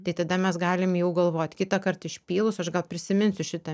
tai tada mes galim jau galvot kitąkart išpylus aš gal prisiminsiu šitą